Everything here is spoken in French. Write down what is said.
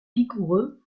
vigoureux